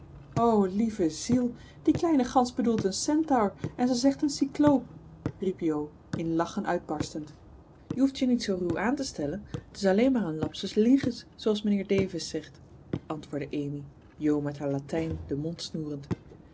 o lieve ziel die kleine gans bedoelt een centaur en ze zegt een cycloop riep jo in lachen uitbarstend je hoeft je niet zoo ruw aan te stellen het is alleen maar een lapsus lingus zooals mijnheer davis zegt antwoordde amy jo met haar latijn den mond snoerend